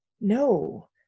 No